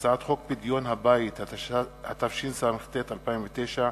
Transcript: הצעת חוק פדיון הבית, התשס"ט 2009,